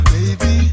baby